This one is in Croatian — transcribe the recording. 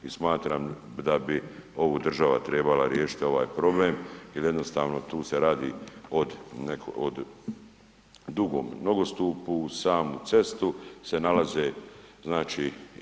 I smatram da bi ovo država trebala riješiti ovaj problem jer jednostavno tu se radi o dugom nogostupu uz samu cestu se nalaze znači.